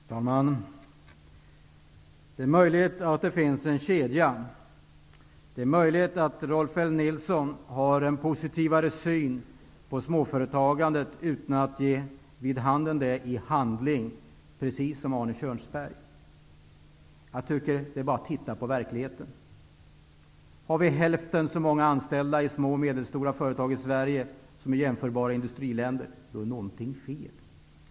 Herr talman! Det är möjligt att det finns en kedja. Det är möjligt att Rolf L Nilson, precis som Arne Kjörnsberg, har en mer positiv syn på småföretagandet utan att han ger det vid handen i handling. Det är bara att titta på verkligheten. Har vi i Sverige hälften så många anställda i små och medelstora företag som man har i jämförbara industriländer, då är någonting fel.